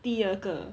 第二个